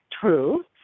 True